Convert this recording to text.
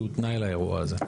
שהוא תנאי לאירוע הזה.